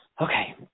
okay